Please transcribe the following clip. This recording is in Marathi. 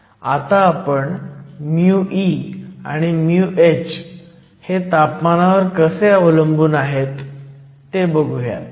आता आपण μe आणि μh हे तापमानावर कसे अवलंबून आहेत ते बघुयात